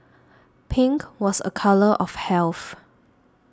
pink was a colour of health